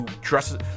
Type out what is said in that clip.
dresses